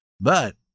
But